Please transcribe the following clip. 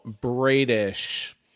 Bradish